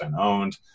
owned